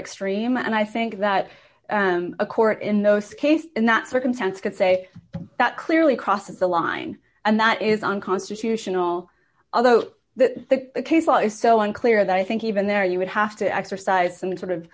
extreme and i think that a court in those cases in that circumstance can say that clearly crosses the line and that is unconstitutional although the case law is so unclear that i think even there you would have to exercise some sort